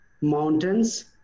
mountains